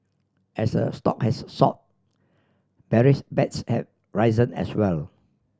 as a stock has soar bearish bets have risen as well